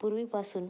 पूर्वीपासून